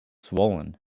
swollen